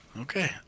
Okay